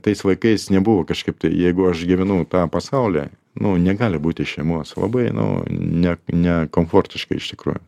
tais laikais nebuvo kažkaip tai jeigu aš gyvenu tą pasaulį nu negali būti šeimos labai nu ne nekomfortiškai iš tikrųjų